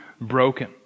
broken